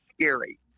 scary